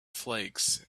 flakes